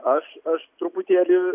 aš aš truputėlį